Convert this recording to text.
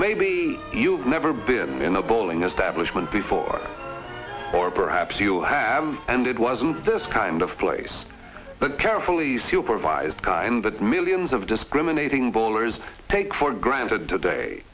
maybe you've never been in a bowling establishment before or perhaps you have and it wasn't this kind of place but carefully supervised kind that millions of discriminating bowlers take for granted today